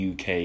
UK